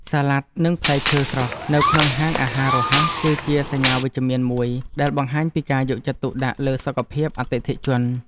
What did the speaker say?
សាឡាត់និងផ្លែឈើស្រស់នៅក្នុងហាងអាហាររហ័សគឺជាសញ្ញាវិជ្ជមានមួយដែលបង្ហាញពីការយកចិត្តទុកដាក់លើសុខភាពអតិថិជន។